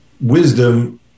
wisdom